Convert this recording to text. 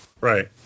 Right